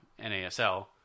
NASL